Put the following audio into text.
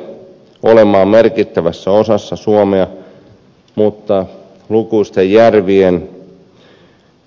raideliikenne tulee olemaan merkittävässä osassa suomessa mutta lukuisten järvien